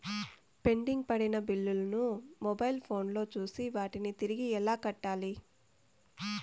pending పడిన బిల్లులు ను మొబైల్ ఫోను లో చూసి వాటిని తిరిగి ఎలా కట్టాలి